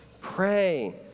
Pray